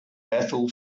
bethel